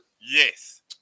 Yes